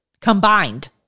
combined